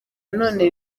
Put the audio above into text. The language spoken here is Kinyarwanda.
none